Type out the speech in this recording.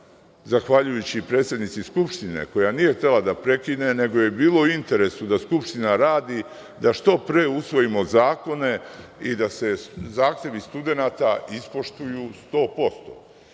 zahvaljujući predsednici Skupštine koja nije htela da prekine, nego joj je bilo u interesu da Skupština radi, da što pre usvojimo zakone i da se zahtevi studenata ispoštuju 100%.Naši